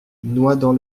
noidans